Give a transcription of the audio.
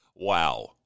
Wow